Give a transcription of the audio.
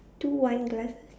two wine glasses